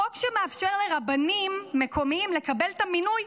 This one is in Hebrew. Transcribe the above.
חוק שמאפשר לרבנים מקומיים לקבל את המינוי,